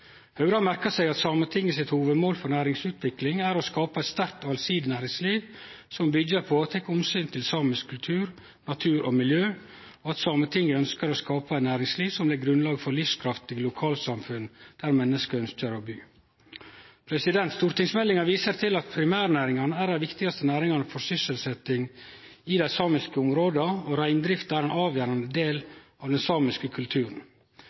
Høgre har merka seg at Sametinget sitt hovudmål for næringsutvikling er å skape eit sterkt og allsidig næringsliv som byggjer på og tek omsyn til samisk kultur, natur og miljø, og at Sametinget ønskjer å skape eit næringsliv som legg grunnlaget for livskraftige lokalsamfunn der menneske ønskjer å bu. Stortingsmeldinga viser til at primærnæringane er dei viktigaste næringane for sysselsetjing i dei samiske områda, og reindrifta er ein avgjerande del av den samiske kulturen.